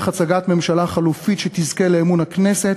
הצגת ממשלה חלופית שתזכה לאמון הכנסת,